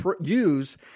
use